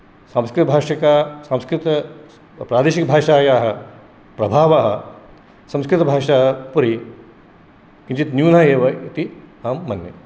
संस्कृतिभाषिका संस्कृतप्रादेशिकभाषायाः प्रभावः संस्कृतभाषायाः उपरि किञ्चित् न्यून एव इति अहं मन्ये